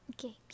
Okay